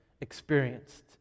experienced